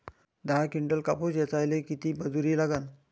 दहा किंटल कापूस ऐचायले किती मजूरी लागन?